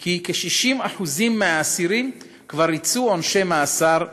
כי כ-60% מהאסירים כבר ריצו עונשי מאסר בעבר.